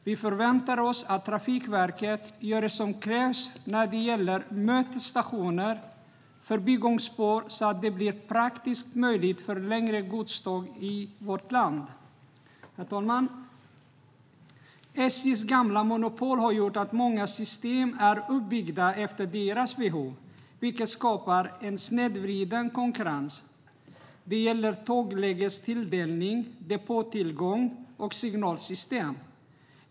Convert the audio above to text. Vi förväntar oss att Trafikverket gör det som krävs när det gäller mötesstationer och förbigångsspår, så att det blir praktiskt möjligt för längre godståg. Herr talman! SJ:s gamla monopol har gjort att många system är uppbyggda efter deras behov, vilket skapar en snedvriden konkurrens. Det gäller tåglägestilldelning, depåtillgång och signalsystem.